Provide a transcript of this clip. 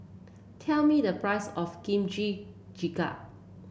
tell me the price of Kimchi Jjigae